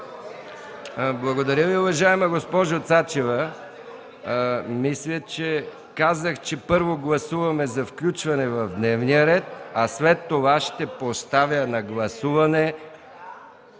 Благодаря Ви, уважаема госпожо Цачева. Мисля, че казах, че първо гласуваме за включване в дневния ред, а след това ще поставя на гласуване